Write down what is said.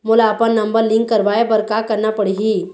मोला अपन number link करवाये बर का करना पड़ही?